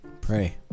pray